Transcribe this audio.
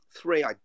three